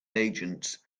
agents